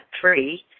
three